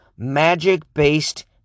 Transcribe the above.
magic-based